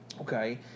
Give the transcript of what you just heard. Okay